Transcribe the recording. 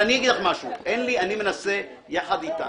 אני מנסה יחד איתך.